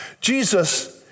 Jesus